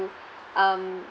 um